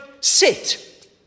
sit